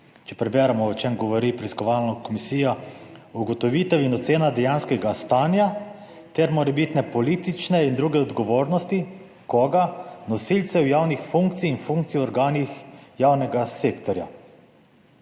Če preberemo, o čem govori preiskovalna komisija – ugotovitev in ocena dejanskega stanja ter morebitne politične in druge odgovornosti. Koga? Nosilcev javnih funkcij in funkcij v organih javnega sektorja.